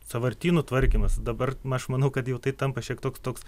sąvartynų tvarkymas dabar aš manau kad jau tai tampa šiek toks toks